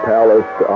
Palace